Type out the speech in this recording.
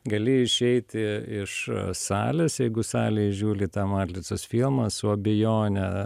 gali išeiti iš salės jeigu salėj žiūli tą matlicos filmą su abejone